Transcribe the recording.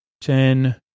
Ten